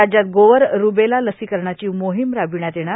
राज्यात गोवर रुबेला लसीकरणाची मोहीम राबविण्यात येणार